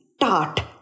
tart